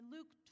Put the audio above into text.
Luke